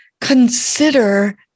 consider